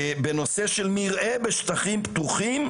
בנושא של מרעה בשטחים פתוחים